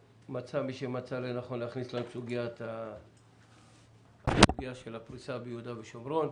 מי שמצא לנכון להכניס גם את הסוגיה של הפריסה ביהודה ושומרון.